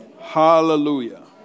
Hallelujah